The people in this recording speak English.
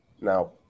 Now